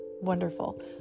wonderful